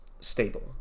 stable